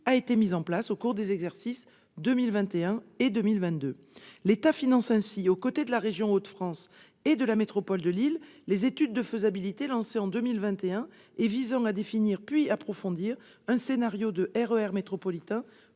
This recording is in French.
a été mise en place au cours des exercices 2021 et 2022. L'État finance ainsi, aux côtés de la région Hauts-de-France et de la métropole de Lille, les études de faisabilité lancées en 2021 visant à définir, puis à approfondir, un scénario de RER métropolitain